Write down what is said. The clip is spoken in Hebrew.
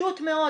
פשוט מאוד,